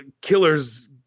killer's